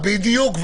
בדיוק.